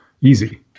Easy